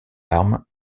armes